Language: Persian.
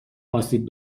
آسیب